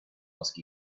ask